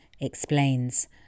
explains